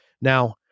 Now